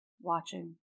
watching